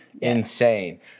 insane